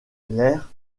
les